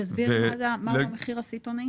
תסביר מה זה המחיר הסיטונאי.